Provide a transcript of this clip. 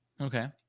Okay